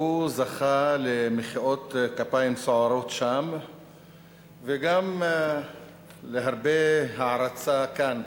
והוא זכה למחיאות כפיים סוערות שם וגם להרבה הערצה כאן.